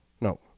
No